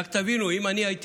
רק תבינו שאם,